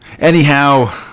anyhow